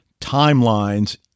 timelines